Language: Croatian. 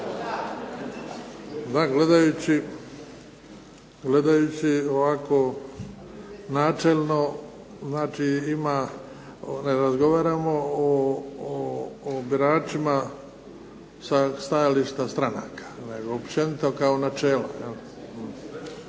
Da gledajući ovako načelno znači ima, ne razgovaramo o biračima sa stajališta stranaka nego općenito kao načela